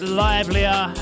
livelier